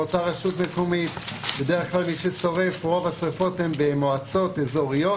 באותה רשות מקומית ורוב השריפות הן במועצות אזוריות